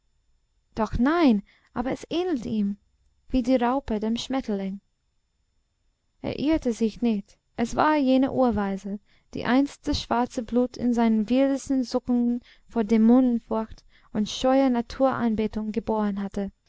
doch nein aber es ähnelt ihm wie die raupe dem schmetterling er irrte sich nicht es war jene urweise die einst das schwarze blut in seinen wildesten zuckungen vor dämonenfurcht und scheuer naturanbetung geboren hatte